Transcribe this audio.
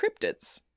Cryptids